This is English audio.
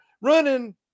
running